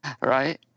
Right